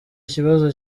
kibazo